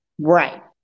Right